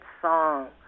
song